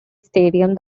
stadium